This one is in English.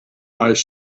eyes